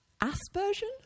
Aspersion